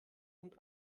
und